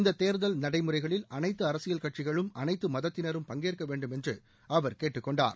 இந்த தேர்தல் நடைமுறைகளில் அனைத்து அரசியல் கட்சிகளும் அனைத்து மதத்தினரும் பங்கேற்க வேண்டும் என்று அவர் கேட்டுக்கொண்டார்